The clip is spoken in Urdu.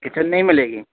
کچن نہیں ملے گی